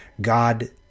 God